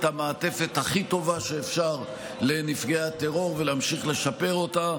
המעטפת הכי טובה שאפשר לנפגעי הטרור ולהמשיך לשפר אותה.